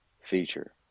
feature